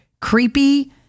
creepy